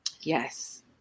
Yes